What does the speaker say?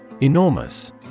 Enormous